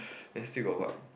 then still got what